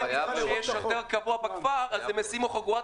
אבל אם הם יראו שיש שוטר קבוע בכפר אז הם ישימו חגורת